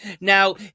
Now